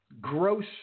gross